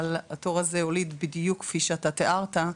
התור הזה הוליד בדיוק כפי שאתה תיארת,